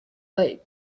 late